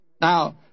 Now